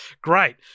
Great